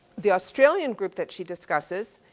the australian group that she discusses,